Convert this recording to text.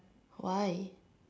why